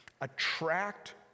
Attract